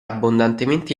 abbondantemente